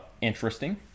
interesting